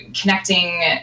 connecting